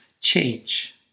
Change